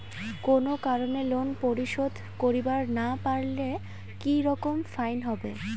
কোনো কারণে লোন পরিশোধ করিবার না পারিলে কি রকম ফাইন হবে?